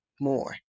more